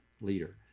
leader